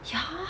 ya